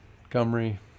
Montgomery